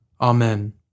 Amen